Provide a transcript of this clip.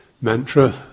mantra